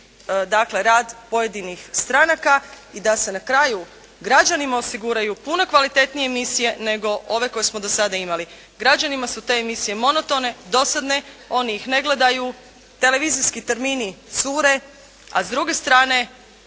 dakle, rad pojedinih stranaka. I da se na kraju građanima osiguraju puno kvalitetnije emisije nego ove koje smo do sada imali. Građanima su te emisije monotone, dosadne, oni ih ne gledaju, televizijski termini cure, a s druge strane